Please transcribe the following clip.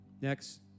Next